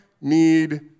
need